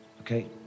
Okay